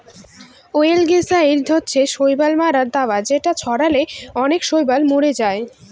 অয়েলগেসাইড হচ্ছে শৈবাল মারার দাবা যেটা ছড়ালে অনেক শৈবাল মরে যায়